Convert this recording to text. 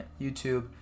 YouTube